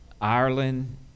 Ireland